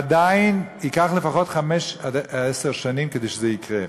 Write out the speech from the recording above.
עדיין ייקח לפחות חמש עד עשר שנים כדי שזה יקרה.